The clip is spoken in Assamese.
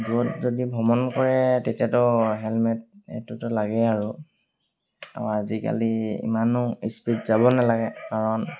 দূৰত যদি ভ্ৰমণ কৰে তেতিয়াতো হেলমেট এইটোতো লাগে আৰু আৰু আজিকালি ইমানো স্পীড যাব নালাগে কাৰণ